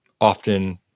often